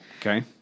Okay